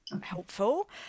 helpful